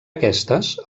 aquestes